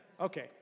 Okay